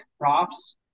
props